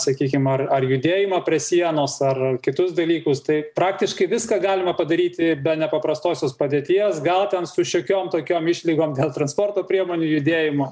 sakykim ar ar judėjimą prie sienos ar kitus dalykus tai praktiškai viską galima padaryti be nepaprastosios padėties gal ten su šiokiom tokiom išlygom dėl transporto priemonių judėjimo